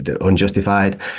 unjustified